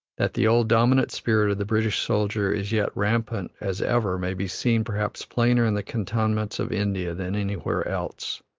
that the old dominant spirit of the british soldier is yet rampant as ever may be seen, perhaps, plainer in the cantonments of india than anywhere else.